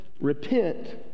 repent